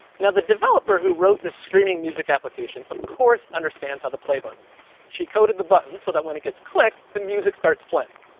now the developer who wrote this streaming music application of course understands how the play button works. she coded the button so that when it gets clicked, the music starts playing.